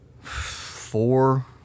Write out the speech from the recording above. four